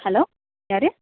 hello யாரு